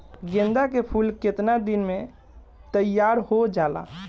गेंदा के फूल केतना दिन में तइयार हो जाला?